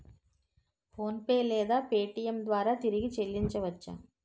PhonePe లేదా Paytm ద్వారా తిరిగి చల్లించవచ్చ?